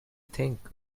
think